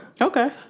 Okay